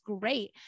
great